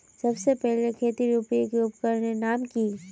सबसे पहले खेतीत उपयोगी उपकरनेर नाम की?